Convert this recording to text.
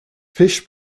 fish